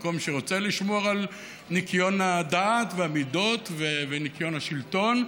מקום שרוצה לשמור על ניקיון הדעת והמידות וניקיון השלטון.